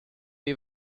des